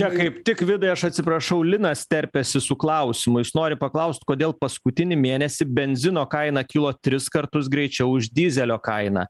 čia kaip tik vidai aš atsiprašau linas terpiasi su klausimu jis nori paklaust kodėl paskutinį mėnesį benzino kaina kilo tris kartus greičiau už dyzelio kainą